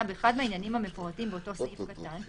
באחד מהעניינים המפורטים באותו סעיף קטן,